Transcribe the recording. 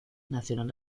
nacional